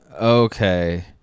Okay